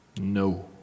No